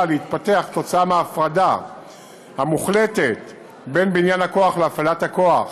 להתפתח כתוצאה מההפרדה המוחלטת בין בניין הכוח להפעלת הכוח